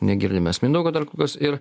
negirdim mes mindaugo dar kol kas ir